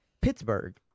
Pittsburgh